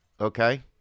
Okay